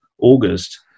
August